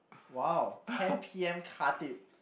!wow! ten P_M Khatib